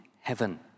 heaven